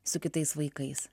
su kitais vaikais